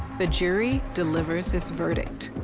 the jury delivers its